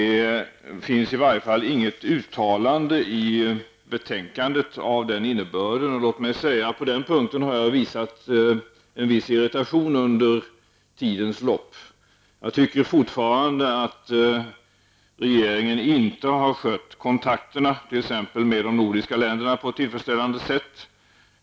Det finns i varje fall inget uttalande av den här innebörden i betänkandet. På den punkten har jag under tidens gång givit uttryck för en viss irritation. Jag tycker fortfarande att regeringen inte har skött kontakterna med t.ex. de nordiska länderna på ett tillfredsställande sätt.